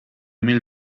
mil